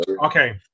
Okay